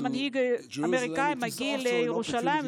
כשמנהיג אמריקני מגיע לירושלים,